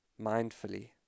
mindfully